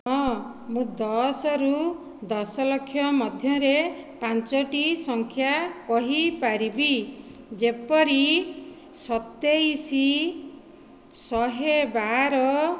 ହଁ ମୁଁ ଦଶରୁ ଦଶ ଲକ୍ଷ ମଧ୍ୟରେ ପାଞ୍ଚୋଟି ସଂଖ୍ୟା କହିପାରିବି ଯେପରି ସତେଇଶ ଶହେବାର